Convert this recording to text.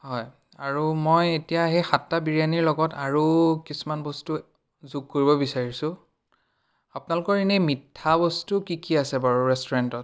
হয় আৰু মই এতিয়া সেই সাতটা বিৰিয়ানীৰ লগত আৰু কিছুমান বস্তু যোগ কৰিব বিচাৰিছোঁ আপোনালোকৰ এনেই মিঠা বস্তু কি কি আছে বাৰু ৰেষ্টুৰেণ্টত